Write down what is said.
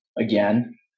again